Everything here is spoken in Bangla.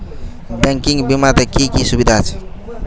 ব্যাঙ্কিং বিমাতে কি কি সুবিধা আছে?